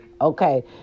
Okay